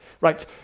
right